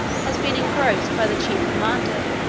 has been engrossed by the chief commander,